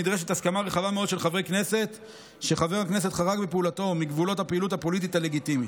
הכנסת שחבר הכנסת חרג בפעולתו מגבולות הפעילות הפוליטית הלגיטימית.